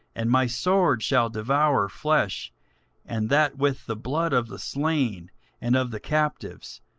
and my sword shall devour flesh and that with the blood of the slain and of the captives,